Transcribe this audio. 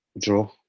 Draw